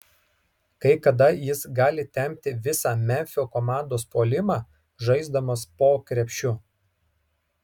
kai kada jis gali tempti visą memfio komandos puolimą žaisdamas po krepšiu